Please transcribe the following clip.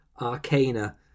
arcana